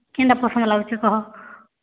କେନ୍ତା ପସନ୍ଦ୍ ଲାଗୁଛେ କହ